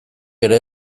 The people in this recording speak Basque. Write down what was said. ere